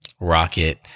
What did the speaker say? Rocket